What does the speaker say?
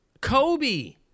Kobe